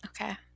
okay